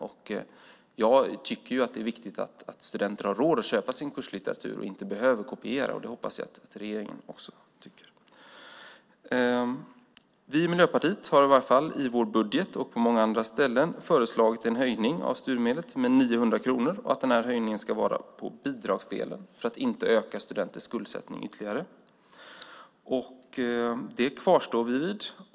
Och jag tycker att det är viktigt att studenter har råd att köpa sin kurslitteratur och inte behöver kopiera. Det hoppas jag att regeringen också tycker. Vi i Miljöpartiet har i vår budget och på många andra ställen föreslagit en höjning av studiemedlet med 900 kronor och att höjningen ska vara på bidragsdelen för att inte öka studenters skuldsättning ytterligare. Det kvarstår vi vid.